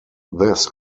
this